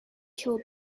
kill